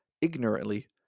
ignorantly